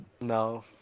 No